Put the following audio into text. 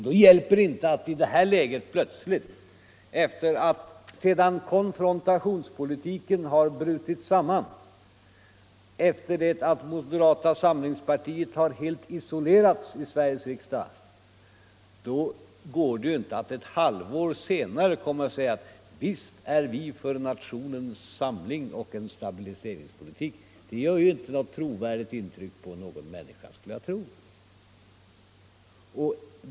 Det hjälper inte att i det här läget, sedan konfrontationspolitiken har brutit samman, efter det att moderata samlingspartiet helt har isolerats i Sveriges riksdag, ett halvår senare komma och säga: Visst är vi för nationens samling och en stabiliseringspolitik. Det gör inte något trovärdigt intryck på någon människa, skulle jag föreställa mig.